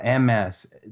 MS